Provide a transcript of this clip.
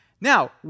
Now